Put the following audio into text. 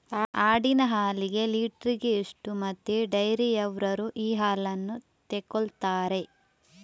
ಆಡಿನ ಹಾಲಿಗೆ ಲೀಟ್ರಿಗೆ ಎಷ್ಟು ಮತ್ತೆ ಡೈರಿಯವ್ರರು ಈ ಹಾಲನ್ನ ತೆಕೊಳ್ತಾರೆ?